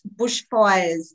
bushfires